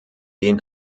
den